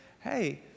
hey